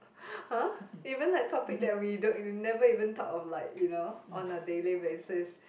!huh! even like topic that we don't we never even thought of like you know on a daily basis